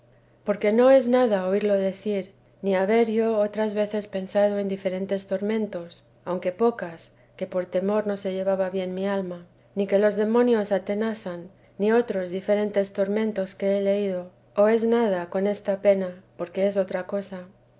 porque no es nada oírlo decir ni haber yo otras veces pensado en diferentes tormentos aunque pocas que por temor no se llevaba bien mi alma ni que los demonios atenazan ni otros diferentes tormentos que he leído no es nada con esta pena porque es otra cosa